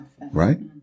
Right